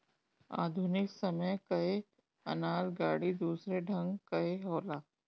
आधुनिक समय कअ अनाज गाड़ी दूसरे ढंग कअ होला